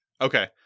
Okay